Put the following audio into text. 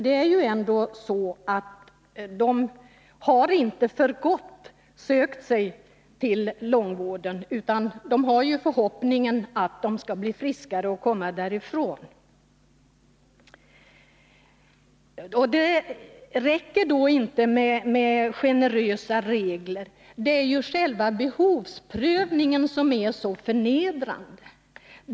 Det är ändå så, att de inte för gott sökt sig till långvården, utan de har förhoppningen att de skall bli friska och få komma därifrån. Det räcker inte med generösa regler. Det är ju själva behovsprövningen som är så förnedrande.